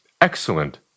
Excellent